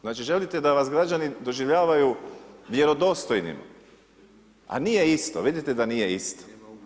Znači, želite da vas građani doživljavaju vjerodostojnim, a nije isto, vidite da nije isto.